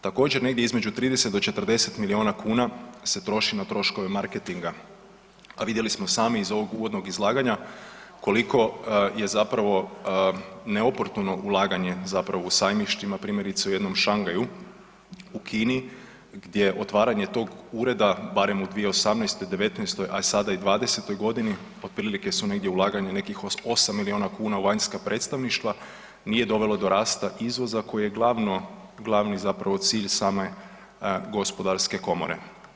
Također negdje između 30 do 40 miliona kuna se troši na troškove marketinga, a vidjeli smo sami iz ovog uvodnog izlaganja koliko ne zapravo neoportuno ulaganje zapravo u sajmištima, primjerice u jednom Shanghaiu u Kini gdje otvaranje tog ureda barem u 2018., '19.-toj, a sada i '20.-toj godini otprilike su negdje ulaganja nekih 8 milijuna kuna u vanjska predstavništva nije dovelo do rasta izvoza koji je glavni zapravo cilj same Gospodarske komore.